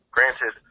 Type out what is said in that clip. Granted